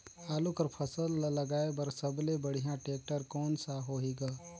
आलू कर फसल ल लगाय बर सबले बढ़िया टेक्टर कोन सा होही ग?